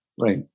Right